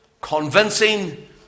Convincing